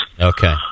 Okay